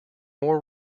more